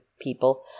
people